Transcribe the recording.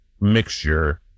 mixture